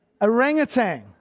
orangutan